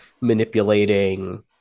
manipulating